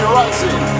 rising